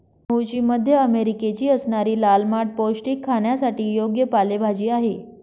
मूळची मध्य अमेरिकेची असणारी लाल माठ पौष्टिक, खाण्यासाठी योग्य पालेभाजी आहे